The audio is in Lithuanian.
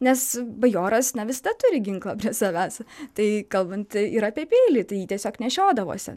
nes bajoras na visada turi ginklą prie savęs tai kalbant ir apie peilį tai jį tiesiog nešiodavosi